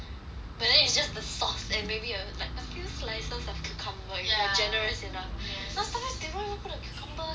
but then is just the sauce and maybe a like a few slices of cucumber if they generous enough like sometimes they don't even put the cucumber eh